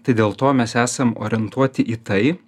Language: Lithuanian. tai dėl to mes esam orientuoti į tai